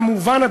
כמובן,